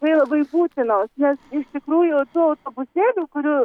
tikrai labai būtinos nes iš tikrųjų autobusėlių kurių